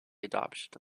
adoption